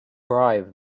bribe